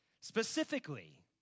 Specifically